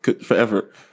forever